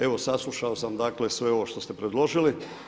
Evo, saslušao sam dakle, sve ovo što ste predložili.